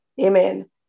amen